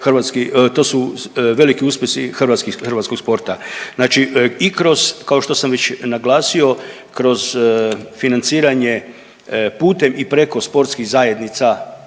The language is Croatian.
to su veliki uspjesi hrvatskih, hrvatskog sporta. Znači i kroz, kao što sam već naglasio, kroz financiranje putem i preko sportskih zajednica klubova